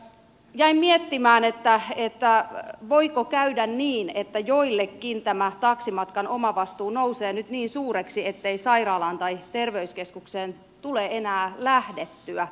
jäin miettimään voiko käydä niin että joillekin tämä taksimatkan omavastuu nousee nyt niin suureksi ettei sairaalaan tai terveyskeskukseen tule enää lähdettyä